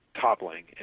toppling